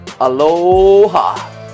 aloha